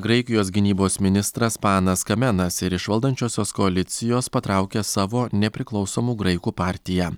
graikijos gynybos ministras panas kamenas ir iš valdančiosios koalicijos patraukia savo nepriklausomų graikų partija